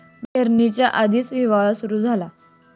पेरणीच्या आधीच हिवाळा सुरू झाला